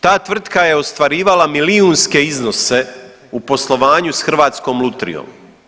Ta tvrtka je ostvarivala milijunske iznose u poslovanju sa Hrvatskom lutrijom.